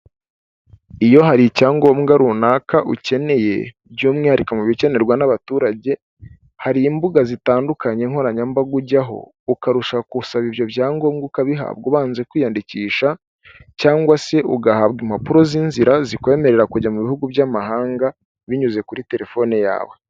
Iyo hari icyangombwa runaka ukeneye by'umwihariko mu bikenerwa n'abaturage, hari imbuga zitandukanye nkoranyambaga ujyaho, ukabasha gusaba ibyo byangombwa ukabihabwa, ubanza kwiyandikisha cyangwa se ugahabwa impapuro z'inzira zikwemerera kujya mu bihugu by'amahanga binyuze kuri telefone yawe.